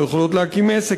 לא יכולות להקים עסק,